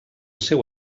seu